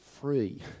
free